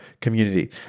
community